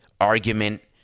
argument